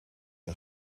een